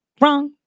wrong